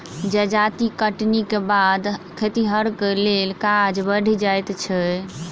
जजाति कटनीक बाद खतिहरक लेल काज बढ़ि जाइत छै